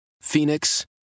Phoenix